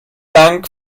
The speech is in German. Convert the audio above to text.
dank